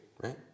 right